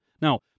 Now